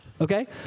Okay